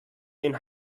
den